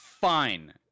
fine